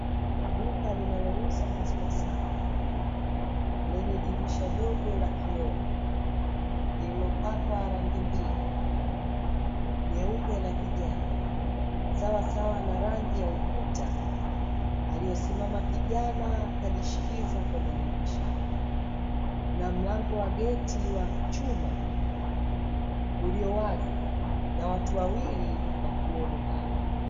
Duka linalouza maziwa safi lenye dirisha dogo la kioo lililopakwa rangi mbili: nyeupe na kijani, sawasawa na rangi ya ukuta aliosimama kijana kajishikiza kwenye dirisha, na mlango wa geti wa chuma ulio wazi na watu wawili wakiwemo ndani.